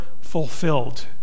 fulfilled